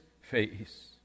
face